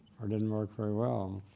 or didn't work very well,